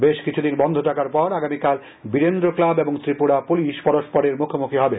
বেশ কিছুদিন বন্ধ থাকার পর আগামীকাল বীরেন্দ্র ক্লাব ও ত্রিপুরা পুলিশ পরস্পরের মুখোমুখি হবে